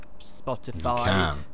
Spotify